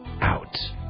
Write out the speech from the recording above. out